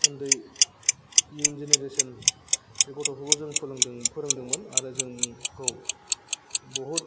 उन्दै इयुन जेनेरेसन बे गथ'खौबो जों फोरोंदों फोरोंदोंमोन आरो जोंखौ बहुद